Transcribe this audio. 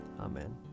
Amen